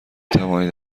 توانید